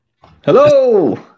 Hello